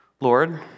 Lord